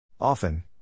Often